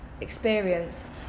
experience